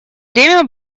время